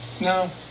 No